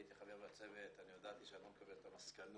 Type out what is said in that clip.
הייתי חבר בצוות והודעתי שאני לא מקבל את המסקנות.